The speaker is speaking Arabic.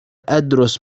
أدرس